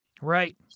Right